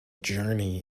journey